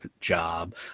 job